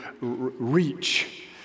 reach